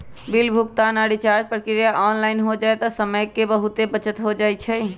bill भुगतान आऽ recharge प्रक्रिया ऑनलाइन हो जाय से समय के बहुते बचत हो जाइ छइ